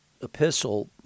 epistle